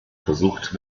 versucht